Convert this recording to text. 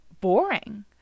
boring